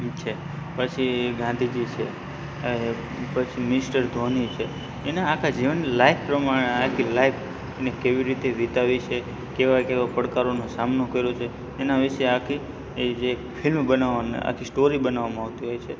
ની છે પછી ગાંધીજી છે પછી મિસ્ટર ધોની છે એના આખા જીવનની લાઈફ પ્રમાણે આખી લાઈફને કેવી રીતે વીતાવી છે કેવા કેવા પડકારોનો સામનો કર્યો છે એના વિષે આખી એ જે ફિલ્મ બનાવવામાં સ્ટોરી બનાવવામાં આવતી હોય છે